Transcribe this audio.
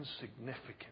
insignificant